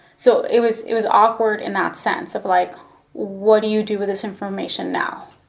so it was it was awkward in that sense, of like what do you do with this information now?